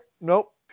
Nope